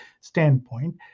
standpoint